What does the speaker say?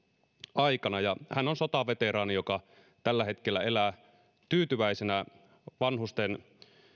aikana ja hän on sotaveteraani joka tällä hetkellä elää tyytyväisenä vanhusten